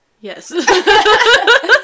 Yes